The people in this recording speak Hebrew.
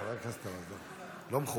חבר הכנסת, זה לא מכובד.